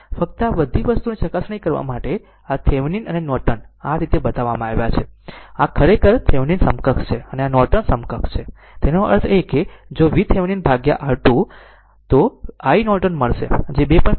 ફક્ત આ વસ્તુની ચકાસણી કરવા માટે આ થેવેનિન અને નોર્ટન આ રીતે બતાવવામાં આવ્યા છે આ ખરેખર થિવેનિન સમકક્ષ છે અને આ નોર્ટન સમકક્ષ છે તેનો અર્થ એ કે જો VThevenin ભાગ્યા R2 તો iNorton મળશે જે 2